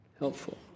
Helpful